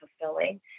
fulfilling